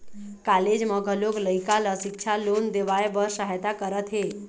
college मन घलोक लइका ल सिक्छा लोन देवाए बर सहायता करत हे